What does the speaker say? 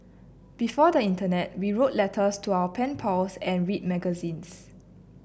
before the internet we wrote letters to our pen pals and read magazines